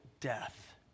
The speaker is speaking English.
death